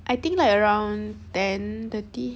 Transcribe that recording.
I think like around ten thirty